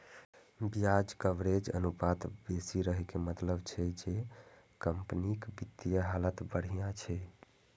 ब्याज कवरेज अनुपात बेसी रहै के मतलब छै जे कंपनीक वित्तीय हालत बढ़िया छै